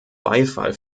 beifall